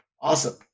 Awesome